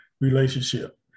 relationship